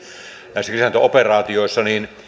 kriisinhallintaoperaatioissa niin